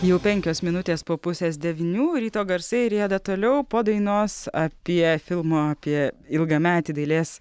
jau penkios minutės po pusės devynių ryto garsai rieda toliau po dainos apie filmo apie ilgametį dailės